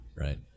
Right